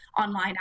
online